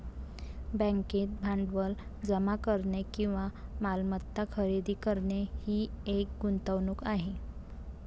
बँकेत भांडवल जमा करणे किंवा मालमत्ता खरेदी करणे ही एक गुंतवणूक आहे